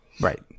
Right